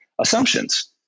assumptions